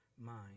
mind